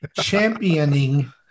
championing